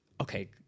Okay